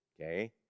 okay